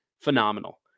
phenomenal